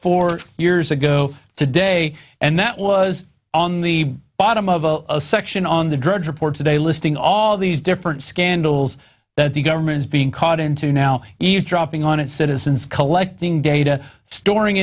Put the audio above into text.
four years ago today and that was on the bottom of a section on the drudge report today listing all these different scandals that the government is being caught into now eavesdropping on its citizens collecting data storing